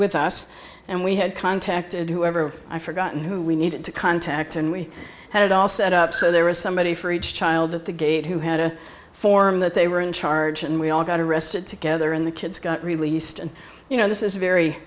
with us and we had contacted whoever i forgotten who we needed to contact and we had it all set up so there was somebody for each child at the gate who had a form that they were in charge and we all got arrested together and the kids got released and you know this is a very